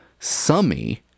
Summy